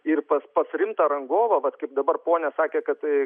ir pas pas rimtą rangovą vat kaip dabar ponia sakė kad